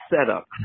setup